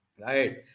Right